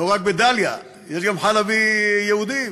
ולא רק בדאליה, יש גם חלבי אצל היהודים.